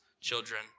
children